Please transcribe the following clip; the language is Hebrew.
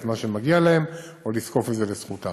מה שמגיע להם או לזקוף את זה לזכותם.